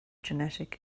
genetic